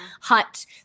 hut